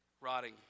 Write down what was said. rotting